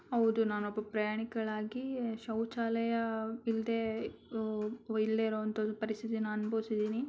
ಹೌದು ನಾನೊಬ್ಬ ಪ್ರಯಾಣಿಕಳಾಗಿ ಶೌಚಾಲಯ ಇಲ್ಲದೆ ಇಲ್ಲದೆ ಇರುವಂಥದ್ದು ಪರಿಸ್ಥಿತಿನ ಅನ್ಬವ್ಸಿದ್ದೀನಿ